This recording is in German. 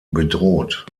bedroht